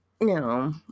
No